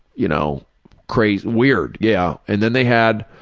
you know crazy, weird. yeah, and then they had,